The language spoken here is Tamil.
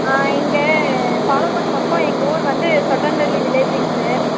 ஆ இங்கே பாலக்கோடு பக்கம் எங்கள் ஊர் வந்து சொட்டன்தள்ளி வில்லேஜுங்க சார்